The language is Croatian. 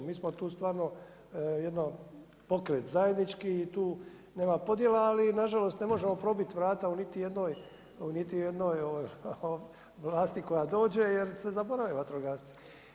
Mi smo tu stvarno, jedno pokret zajednički i tu nema podjela, ali nažalost, ne možemo probiti vrata u niti jednoj vlasti koja dođe, jer se zaboravi vatrogasci.